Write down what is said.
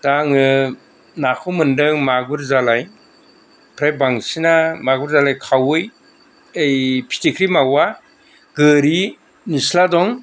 दा आङो नाखौ मोनदों मागुर जालाय फ्राय बांसिना मागुर जालाय खावै फिथिख्रि मावा गोरि निस्ला दं